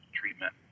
treatment